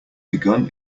begun